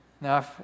Now